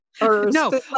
No